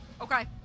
Okay